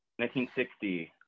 1960